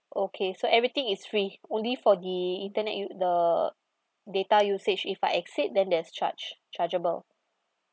okay so everything is free only for the internet u~ the data usage if I exceed then there's charge chargeable